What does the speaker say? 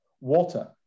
water